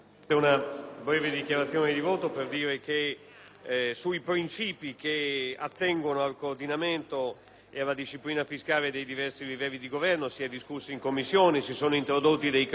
BARBOLINI *(PD)*. Signor Presidente, sui principi che attengono al coordinamento e alla disciplina fiscale dei diversi livello di Governo si è discusso in Commissione e si sono introdotti dei criteri